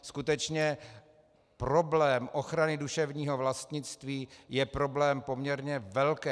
Skutečně, problém ochrany duševního vlastnictví je problém poměrně velký.